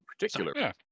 particular